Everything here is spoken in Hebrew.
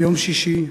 ביום שישי,